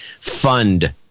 fund